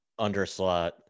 underslot